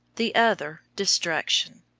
the other destruction.